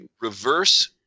reverse